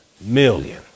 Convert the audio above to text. million